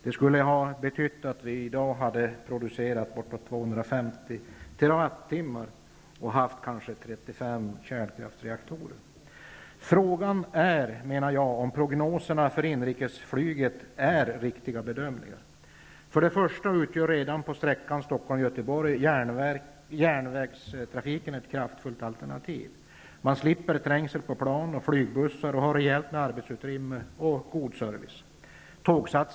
Det skulle ha betytt att vi i år skulle ha behövt en elproduktion på bortåt 250 TWh och haft kanske 35 Frågan är om prognoserna för inrikesflyget är riktiga bedömningar. Till att börja med utgör redan på sträckan Stockholm--Göteborg järnvägen ett kraftfullt alternativ. Man slipper trängsel på plan och flygbussar och har rejält med arbetsutrymme och god service på tåget.